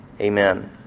Amen